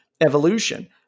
evolution